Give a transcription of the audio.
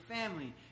family